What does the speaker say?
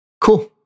Cool